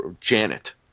Janet